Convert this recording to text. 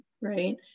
right